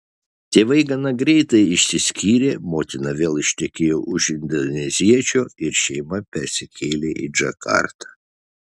tėvai gana greitai išsiskyrė motina vėl ištekėjo už indoneziečio ir šeima persikėlė į džakartą